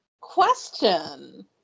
question